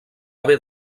haver